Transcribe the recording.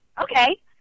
okay